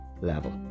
level